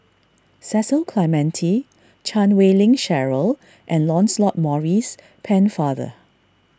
Cecil Clementi Chan Wei Ling Cheryl and Lancelot Maurice Pennefather